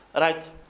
Right